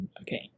Okay